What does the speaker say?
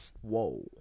Whoa